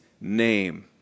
name